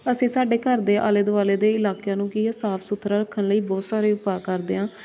ਅਸੀਂ ਸਾਡੇ ਘਰ ਦੇ ਆਲੇ ਦੁਆਲੇ ਦੇ ਇਲਾਕਿਆ ਨੂੰ ਕੀ ਹੈ ਸਾਫ਼ ਸੁਥਰਾ ਰੱਖਣ ਲਈ ਬਹੁਤ ਸਾਰੇ ਉਪਾਅ ਕਰਦੇ ਹਾਂ